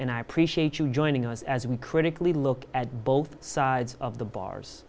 and i appreciate you joining us as we critically look at both sides of the bars